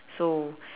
so